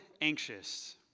anxious